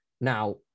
Now